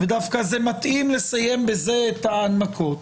דווקא זה מתאים לסיים בזה את ההנמקות,